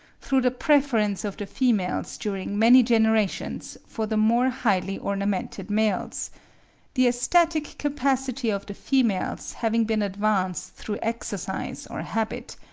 through the preference of the females during many generations for the more highly ornamented males the aesthetic capacity of the females having been advanced through exercise or habit,